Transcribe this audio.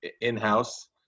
in-house